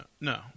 No